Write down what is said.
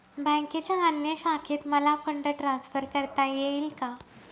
बँकेच्या अन्य शाखेत मला फंड ट्रान्सफर करता येईल का?